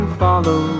follow